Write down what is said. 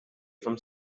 from